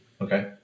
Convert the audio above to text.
Okay